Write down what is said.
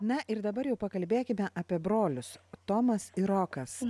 na ir dabar jau pakalbėkime apie brolius tomas ir rokas